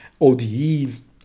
ODEs